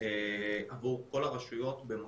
עבור כל הרשויות במקביל.